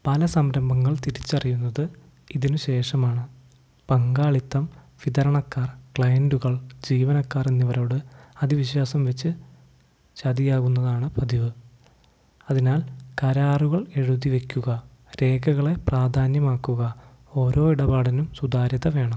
പല സംരംഭങ്ങൾ തിരിച്ചറിയുന്നത് ഇതിനു ശേഷമാണ് പങ്കാളിത്തം വിതരണക്കാർ ക്ലൈൻറുകൾ ജീവനക്കാർ എന്നവരോട് അതിവിശ്വാസം വച്ചു ചതിയാകുന്നതാണു പതിവ് അതിനാൽ കരാറുകൾ എഴുതി വയ്ക്കുക രേഖകളെ പ്രാധാന്യമാക്കുക ഓരോ ഇടപാടിനും സുതാര്യത വേണം